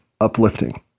uplifting